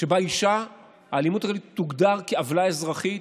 שבה האלימות הכלכלית תוגדר כעוולה אזרחית,